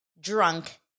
drunk